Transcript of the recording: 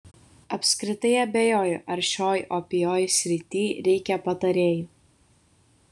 apskritai abejoju ar šioj opioj srity reikia patarėjų